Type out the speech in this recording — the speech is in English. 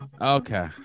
Okay